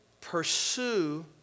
pursue